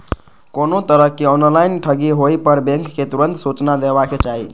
कोनो तरहक ऑनलाइन ठगी होय पर बैंक कें तुरंत सूचना देबाक चाही